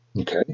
Okay